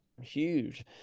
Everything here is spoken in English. huge